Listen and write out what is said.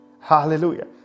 Hallelujah